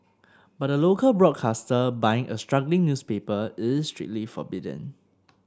but a local broadcaster buying a struggling newspaper is strictly forbidden